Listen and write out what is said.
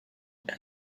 and